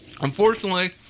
Unfortunately